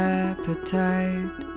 appetite